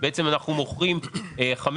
ואנחנו מקבלים את זה